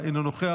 אינו נוכח,